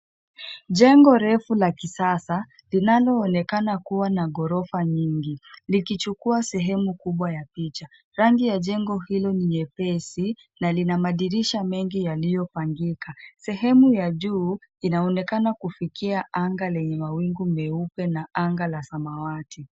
Jengo refu la kisasa, linaloonekana kuwa na ghorofa nyingi, likichukua sehemu kubwa ya picha. Rangi ya jengo hilo ni nyepesi, na lina madirisha mengi yaliyopangika. Sehemu ya juu, inaonekana kufikia anga lenye mawingu meupe na anga la samawati.